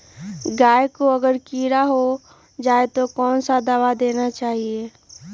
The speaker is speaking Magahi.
गाय को अगर कीड़ा हो जाय तो कौन सा दवा देना चाहिए?